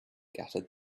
gutted